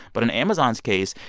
but in amazon's case,